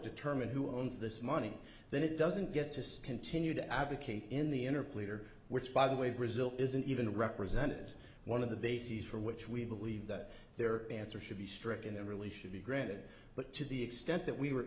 determine who owns this money then it doesn't get to continue to advocate in the inner pleader which by the way brazil isn't even represented one of the bases for which we believe that their answer should be stricken and really should be granted but to the extent that we were